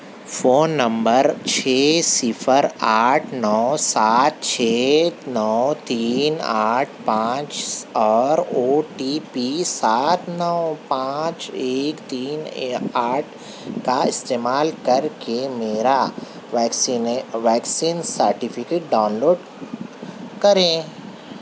phone number چھ صفر آٹھ نو سات چھ نو تین آٹھ پانچ اور او ٹی پی سات نو پانچ ایک تین آٹھ کا استعمال کر کے میرا ویکسینے ویکسین سرٹیفکیٹ ڈاؤن لوڈ کریں